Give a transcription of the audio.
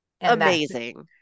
Amazing